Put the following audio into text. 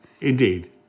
Indeed